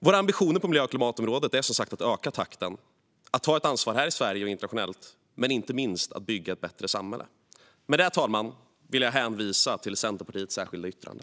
Våra ambitioner på miljö och klimatområdet är som sagt att öka takten, att ta ett ansvar här i Sverige och internationellt och inte minst att bygga ett bättre samhälle. Med det, fru talman, vill jag hänvisa till Centerpartiets särskilda yttrande.